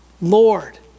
Lord